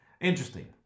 interesting